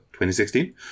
2016